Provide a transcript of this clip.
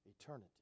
Eternity